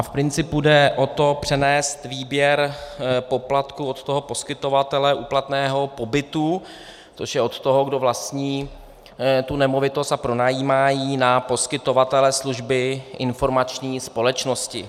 V principu jde o to přenést výběr poplatku od toho poskytovatele úplatného pobytu, což je od toho, kdo vlastní tu nemovitost a pronajímá ji, na poskytovatele služby informační společnosti.